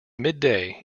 midday